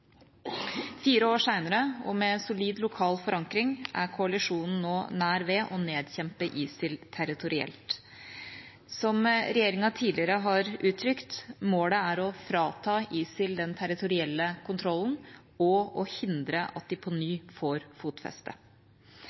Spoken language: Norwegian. Fire år senere, og med solid lokal forankring, er koalisjonen nå nær ved å nedkjempe ISIL territorielt. Som regjeringa tidligere har uttrykt: Målet er å frata ISIL den territorielle kontrollen og hindre at de på ny får fotfeste.